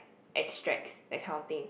extracts that kind of thing